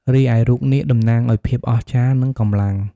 រីឯរូបនាគ តំណាងឱ្យ ភាពអស្ចារ្យ និងកម្លាំង។